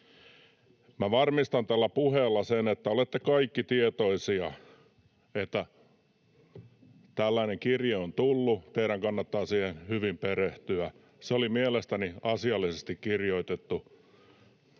Minä varmistan tällä puheella sen, että olette kaikki tietoisia, että tällainen kirje on tullut — teidän kannattaa siihen hyvin perehtyä. Se oli mielestäni asiallisesti kirjoitettu.